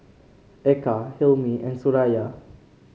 Eka Hilmi and Suraya